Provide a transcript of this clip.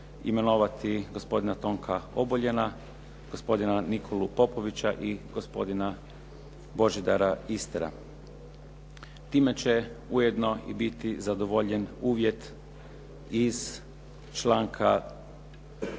imenovati gospodina Tonka Oboljena, gospodina Nikolu Popovića i gospodina Božidara Istera. Time će ujedno i biti zadovoljen uvjet iz članka